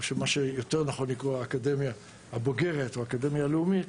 או האקדמיה הבוגרות או הלאומית.